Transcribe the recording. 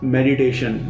Meditation